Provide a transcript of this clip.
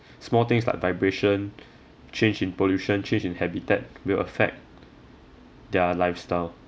small things like vibration change in pollution change in habitat will affect their lifestyle